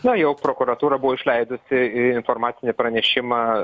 na jau prokuratūra buvo išleidusi informacinį pranešimą